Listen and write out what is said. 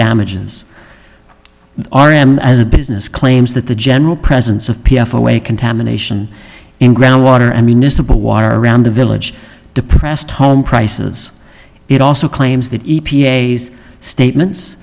damages r m as a business claims that the general presence of p f away contamination in groundwater i mean a simple water around the village depressed home prices it also claims that e p a s statements